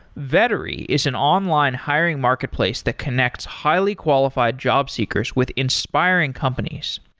vettery is an online hiring marketplace that connects highly qualified job seekers with inspiring companies.